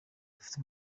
dufite